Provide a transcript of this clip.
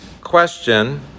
question